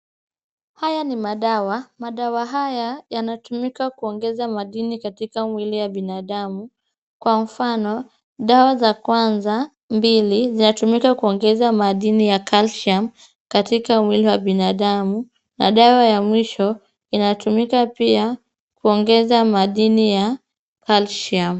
Haya ni madawa. Madawa haya yanatumika kuongeza madini katia mwili ya binadamu. Kwa mfano, dawa za kwanza mbili, zinatumika kuongeza madini ya calcium katika mwili wa binadamu na dawa ya mwisho inatumika pia kuongeza madini ya calcium.